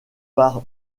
par